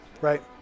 right